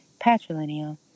patrilineal